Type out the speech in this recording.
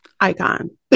icon